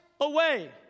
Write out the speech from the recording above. away